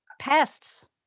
pests